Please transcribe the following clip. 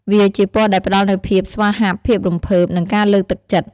វាជាពណ៌ដែលផ្តល់នូវភាពស្វាហាប់ ភាពរំភើប និងការលើកទឹកចិត្ត។